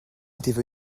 étaient